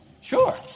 Sure